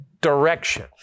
direction